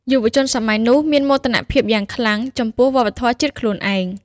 យុវជនសម័យនោះមានមោទនភាពយ៉ាងខ្លាំងចំពោះវប្បធម៌ជាតិខ្លួនឯង។